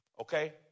okay